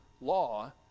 law